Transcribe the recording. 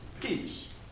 peace